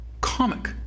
comic